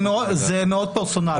זה מאוד פרסונלי.